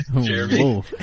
Jeremy